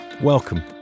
Welcome